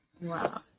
Wow